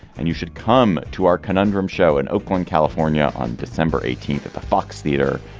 and you should come to our conundrum show in oakland, california, on december eighteenth at the fox theater.